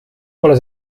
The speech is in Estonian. pole